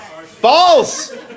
False